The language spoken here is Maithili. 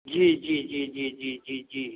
जी जी जी जी जी जी जी